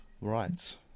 Right